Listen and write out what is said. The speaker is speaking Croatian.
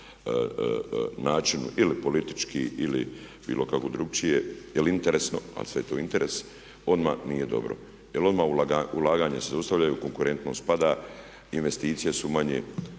načinu ili politički, ili bilo kako drukčije, ili interesno, a sve je to interes odmah nije dobro. Jer odmah se ulaganja zaustavljaju, konkurentnost pada, investicije su manje